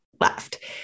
left